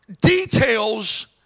Details